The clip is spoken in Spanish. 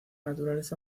naturaleza